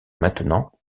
maintenant